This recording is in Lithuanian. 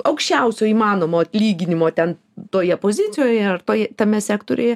aukščiausio įmanomo atlyginimo ten toje pozicijoje ar tai tame sektoriuje